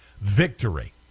victory